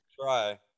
Try